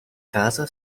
casa